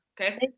okay